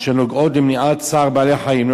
שנוגעות למניעת צער בעלי-חיים.